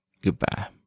Goodbye